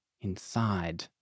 inside